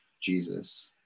Jesus